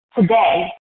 today